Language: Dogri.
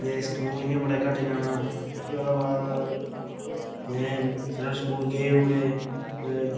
ते स्कूल बड़ा घट्ट जाना फिर ओह्दे बाद जि'यां स्कूल गे बी उठे कुतै